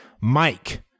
Mike